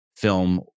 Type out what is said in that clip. film